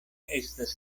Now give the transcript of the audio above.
estas